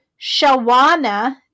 Shawana